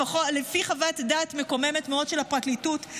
לפי חוות דעת מקוממת מאוד של הפרקליטות,